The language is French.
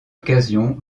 occasion